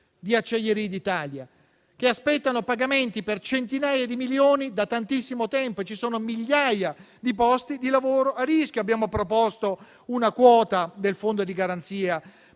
di Acciaierie d'Italia, che aspettano pagamenti per centinaia di milioni da tantissimo tempo. Ci sono migliaia di posti di lavoro a rischio. Abbiamo proposto una quota del fondo di garanzia